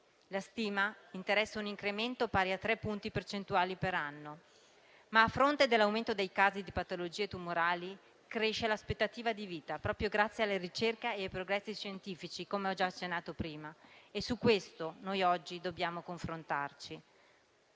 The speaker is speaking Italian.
La stima interessa un incremento pari a tre punti percentuali per anno. Ma, a fronte dell'aumento dei casi di patologie tumorali, cresce l'aspettativa di vita, proprio grazie alla ricerca e ai progressi scientifici, come ho già accennato prima. E su questo oggi dobbiamo confrontarci.